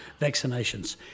vaccinations